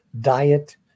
diet